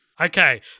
Okay